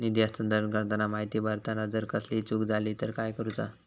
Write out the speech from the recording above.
निधी हस्तांतरण करताना माहिती भरताना जर कसलीय चूक जाली तर काय करूचा?